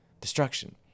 destruction